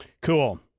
Cool